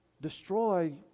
destroy